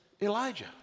Elijah